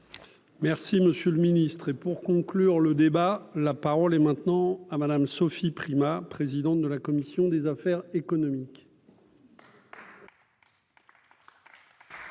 Merci monsieur le ministre, et pour conclure le débat, la parole est maintenant à Madame Sophie Primas, présidente de la commission des affaires économiques.